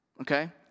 okay